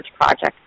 project